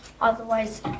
otherwise